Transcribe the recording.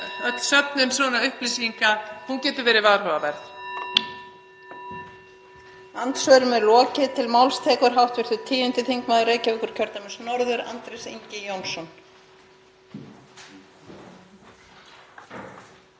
öll söfnun upplýsinga getur verið varhugaverð.